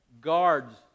guards